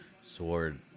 sword